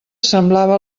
semblava